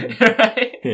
Right